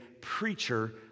preacher